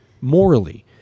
morally